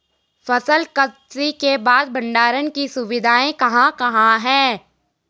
फसल कत्सी के बाद भंडारण की सुविधाएं कहाँ कहाँ हैं?